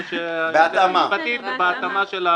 בהתאמה --- בהתאמה.